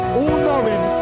all-knowing